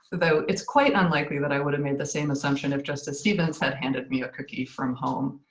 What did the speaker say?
though, it's quite unlikely that i would have made the same assumption if justice stevens had handed me a cookie from home.